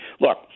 Look